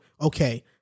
okay